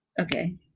Okay